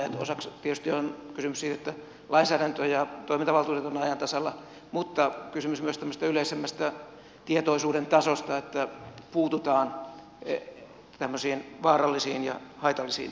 osaksi tietysti on kysymys siitä että lainsäädäntö ja toimintavaltuudet ovat ajan tasalla mutta kysymys on myös tämmöisestä yleisemmästä tietoisuuden tasosta että puututaan tämmöisiin vaarallisiin ja haitallisiin ilmiöihin